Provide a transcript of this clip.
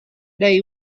day